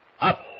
Up